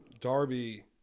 Darby